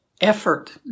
Effort